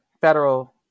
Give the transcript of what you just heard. federal